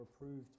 approved